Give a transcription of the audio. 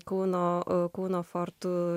kauno kauno fortų